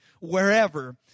wherever